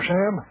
Sam